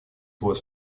was